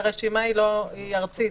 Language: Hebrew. הרשימה היא ארצית,